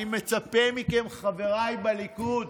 אני מצפה מכם, חבריי בליכוד,